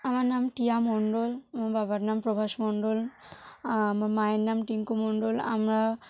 আমার নাম টিয়া মণ্ডল আমার বাবার নাম প্রভাস মণ্ডল আর আমার মায়ের নাম টিঙ্কু মণ্ডল আমরা